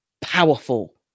powerful